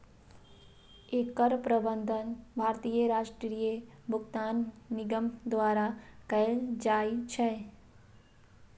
एकर प्रबंधन भारतीय राष्ट्रीय भुगतान निगम द्वारा कैल जाइ छै